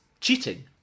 cheating